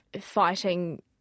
fighting